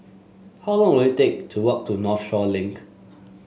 how long will it take to walk to Northshore Link